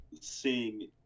seeing